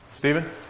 Stephen